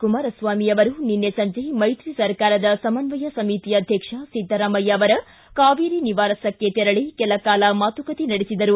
ಕುಮಾರಸ್ವಾಮಿ ಅವರು ನಿನ್ನೆ ಸಂಜೆ ಮೈತ್ರಿ ಸರ್ಕಾರದ ಸಮನ್ವಯ ಸಮಿತಿ ಅಧ್ಯಕ್ಷ ಸಿದ್ದರಾಮಯ್ಯ ಅವರ ಕಾವೇರಿ ನಿವಾಸಕ್ಕೆ ತೆರಳಿ ಕೆಲಕಾಲ ಮಾತುಕತೆ ನಡೆಸಿದರು